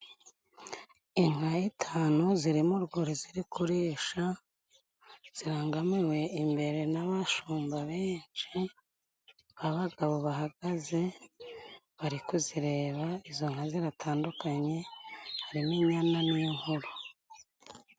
Inkaya itanu ziri mu rwuri ziri kurisha, zirangamiwe imbere n'abashumba benshi b'abagabo bahagaze bari kuzireba, izo nka ziratandukanye harimo inyana n'inkuru.